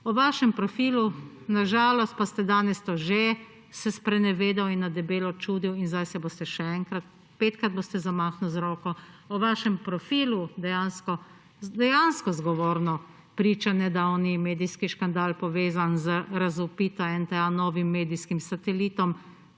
O vašem profilu, pa ste na žalost danes že se sprenevedali in na debelo čudili, in zdaj se boste še enkrat. Petkrat boste zamahnili z roko. O vašem profilu dejansko zgovorno priča nedavni medijski škandal, povezan z razvpito NTA – novim medijskim satelitom